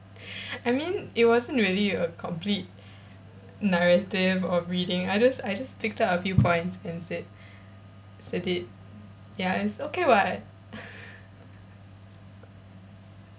I mean it wasn't really a complete narrative or reading I just I just picked up a few points and said said it ya it's okay [what]